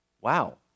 Wow